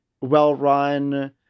well-run